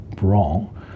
wrong